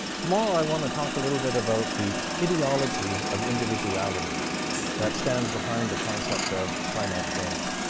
tomorrow, i want to talk a little bit about the ideology of individuality that stands behind the concept of finite games.